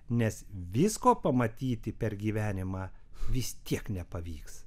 nes visko pamatyti per gyvenimą vis tiek nepavyks